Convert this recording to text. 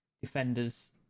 defenders